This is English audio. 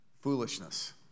foolishness